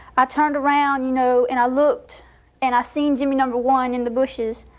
i turned around, you know, and i looked and i seen jimmy number one in the bushes.